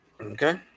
Okay